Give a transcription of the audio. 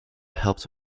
helped